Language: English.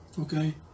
okay